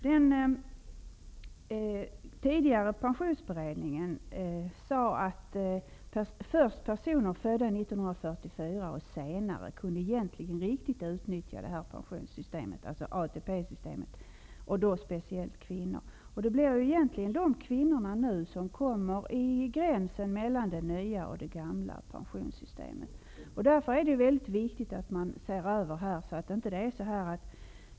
Den tidigare pensionsberedningen sade att först personer födda 1944 och senare var de som riktigt kunde utnyttja ATP-systemet. Speciellt gällde det kvinnorna. Det blir egentligen de kvinnorna som hamnar på gränsen mellan det nya och det gamla pensionssystemet. Därför är det väldigt viktigt att man ser över detta.